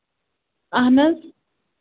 اَہَن حظ